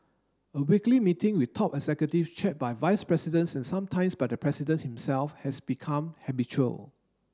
a weekly meeting with top executives chaired by vice presidents and sometimes by the president himself has become habitual